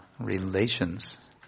relations